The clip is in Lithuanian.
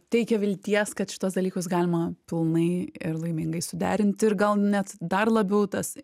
teikia vilties kad šituos dalykus galima pilnai ir laimingai suderinti ir gal net dar labiau tas